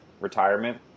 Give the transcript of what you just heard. retirement